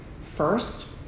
first